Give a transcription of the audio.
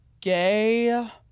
gay